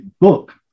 book